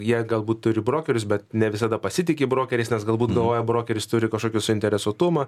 ją galbūt turi brokerius bet ne visada pasitiki brokeriais nes galbūt galvoja brokeris turi kažkokį suinteresuotumą